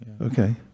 okay